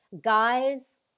Guys